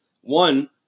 One